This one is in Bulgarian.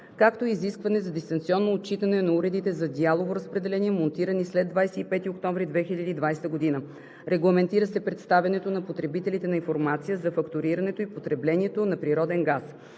както и изискване за дистанционно отчитане на уредите за дялово разпределение, монтирани след 25 октомври 2020 г. Регламентира се представянето на потребителите на информация за фактурирането и потреблението на природен газ.